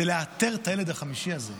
זה לאתר את הילד החמישי הזה.